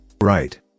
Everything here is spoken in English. Right